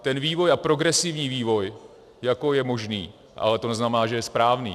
Ten vývoj a progresivní vývoj jako je možný, ale to neznamená, že je správný.